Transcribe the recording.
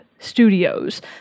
studios